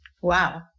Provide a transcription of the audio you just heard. Wow